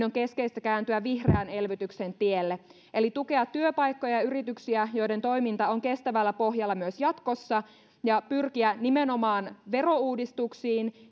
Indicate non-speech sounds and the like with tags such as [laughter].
[unintelligible] on keskeistä kääntyä vihreän elvytyksen tielle eli tukea työpaikkoja ja yrityksiä joiden toiminta on kestävällä pohjalla myös jatkossa ja pyrkiä nimenomaan verouudistuksiin [unintelligible]